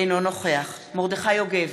אינו נוכח מרדכי יוגב,